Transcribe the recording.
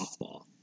softball